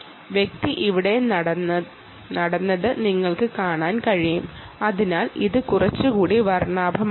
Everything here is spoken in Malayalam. വ്യക്തി ഇവിടെ നടന്നത് നിങ്ങൾക്ക് കാണാൻ കഴിയും അതിനാൽ ഇത് കുറച്ചുകൂടി വർണ്ണാഭമാക്കും